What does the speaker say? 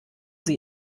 sie